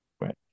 Right